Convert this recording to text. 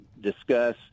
discuss